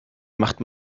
macht